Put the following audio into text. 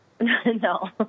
No